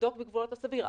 לבדוק בגבולות הסביר.